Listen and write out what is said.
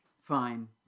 Fine